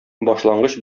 башлангыч